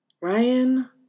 Ryan